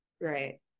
right